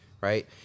right